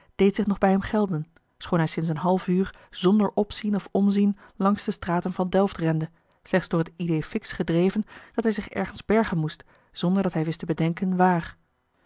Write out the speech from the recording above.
deed zich nog bij hem gelden schoon hij sinds een half uur zonder opzien of omzien langs de straten van delft rende slechts door het idée fixe gedreven dat hij zich ergens bergen moest zonder dat hij wist te bedenken waar